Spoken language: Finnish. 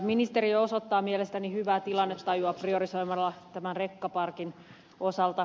ministeriö osoittaa mielestäni hyvää tilannetajua priorisoimalla tämän rekkaparkin osalta